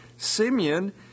Simeon